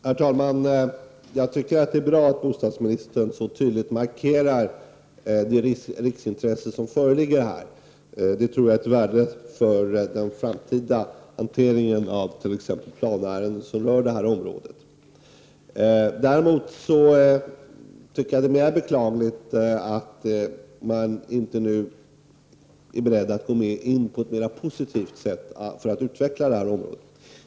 Herr talman! Jag tycker att det är bra att bostadsministern tydligt markerar det riksintresse som föreligger här. Det har ett värde för den framtida hanteringen av t.ex. de planärenden som rör detta område. Däremot tycker jag att det är beklagligt att man nu inte är beredd att gå in på ett mer positivt sätt för att utveckla området.